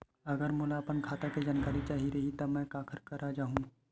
अगर मोला अपन खाता के जानकारी चाही रहि त मैं काखर करा जाहु?